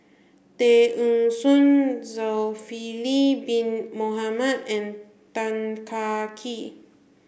Tay Eng Soon Zulkifli Bin Mohamed and Tan Kah Kee